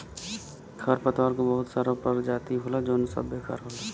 खरपतवार क बहुत सारा परजाती होला जौन सब बेकार होला